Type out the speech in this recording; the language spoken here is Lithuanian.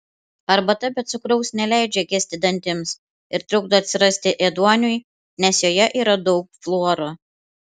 arbata be cukraus neleidžia gesti dantims ir trukdo atsirasti ėduoniui nes joje yra daug fluoro